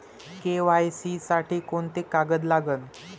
KYC साठी कोंते कागद लागन?